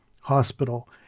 hospital